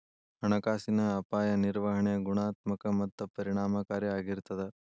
ಹಣಕಾಸಿನ ಅಪಾಯ ನಿರ್ವಹಣೆ ಗುಣಾತ್ಮಕ ಮತ್ತ ಪರಿಣಾಮಕಾರಿ ಆಗಿರ್ತದ